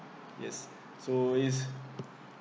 yes so it's